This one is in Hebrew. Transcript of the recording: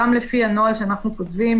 גם לפי הנוהל שאנחנו כותבים,